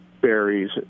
berries